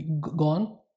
gone